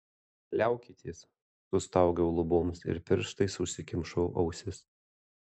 liaukitės sustaugiau luboms ir pirštais užsikimšau ausis